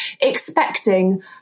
Expecting